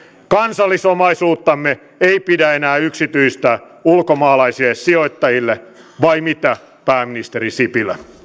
kansallisomaisuuttamme ei pidä enää yksityistää ulkomaalaisille sijoittajille vai mitä pääministeri sipilä